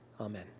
Amen